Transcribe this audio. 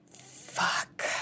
fuck